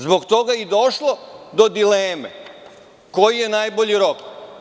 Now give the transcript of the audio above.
Zbog toga je i došlo do dileme koji je najbolji rok.